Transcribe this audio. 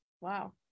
Wow